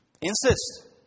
insist